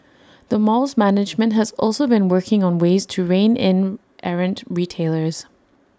the mall's management has also been working on ways to rein in errant retailers